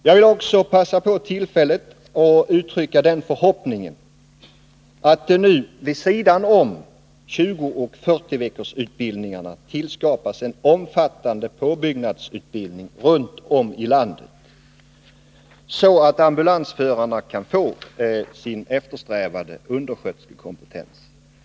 Jag vill också passa på tillfället att uttrycka den förhoppningen att det nu vid sidan om 20 och 40-veckorsutbildningarna tillskapas en omfattande påbyggnadsutbildning runt om i landet, så att ambulansförarna kan få sin eftersträvade undersköterskekompetens.